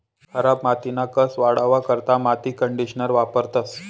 खराब मातीना कस वाढावा करता माती कंडीशनर वापरतंस